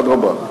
אדרבה,